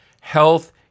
health